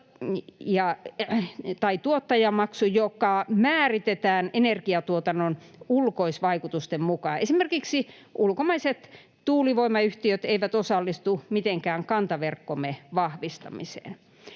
tai tuottajamaksun, joka määritetään energiantuotannon ulkoisvaikutusten mukaan. Esimerkiksi ulkomaiset tuulivoimayhtiöt eivät osallistu mitenkään kantaverkkomme vahvistamiseen.